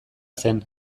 zen